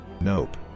Nope